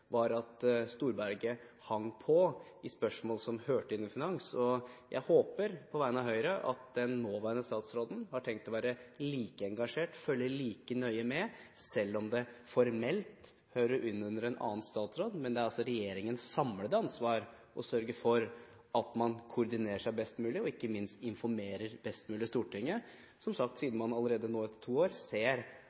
var at han hang på i spørsmål som hørte inn under finans. Jeg håper, på vegne av Høyre, at den nåværende statsråden har tenkt å være like engasjert og følge like nøye med, selv om det formelt hører inn under en annen statsråd, for det er regjeringens samlede ansvar å sørge for at man koordinerer seg best mulig og ikke minst informerer Stortinget best mulig, som sagt, siden man allerede nå, etter tre år, ser